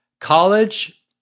College